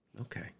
Okay